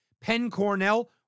Penn-Cornell